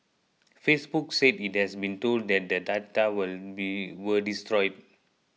Facebook said it had been told that the data were destroyed